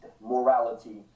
morality